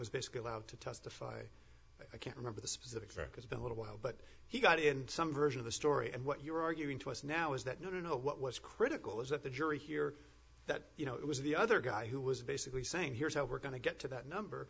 was basically allowed to testify i can't remember the specifics because of a little while but he got in some version of the story and what you're arguing to us now is that no no what was critical is that the jury hear that you know it was the other guy who was basically saying here's how we're going to get to that number